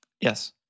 Yes